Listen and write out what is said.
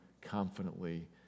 confidently